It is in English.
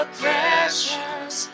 precious